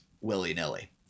willy-nilly